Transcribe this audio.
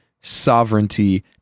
sovereignty